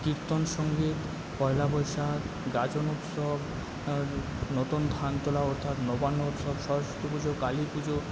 কীর্তন সঙ্গীত পয়লা বৈশাখ গাজন উৎসব নতুন ধান তোলা অর্থাৎ নবান্ন উৎসব সরস্বতী পুজো কালী পুজো